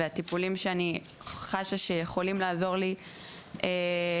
והטיפולים שאני חשה שיכולים לעזור לי עלולים,